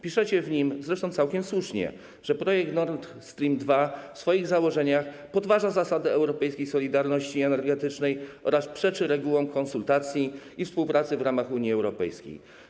Piszecie w nim, zresztą całkiem słusznie, że projekt Nord Stream 2 w swoich założeniach podważa zasadę europejskiej solidarności energetycznej oraz przeczy regułom konsultacji i współpracy w ramach Unii Europejskiej.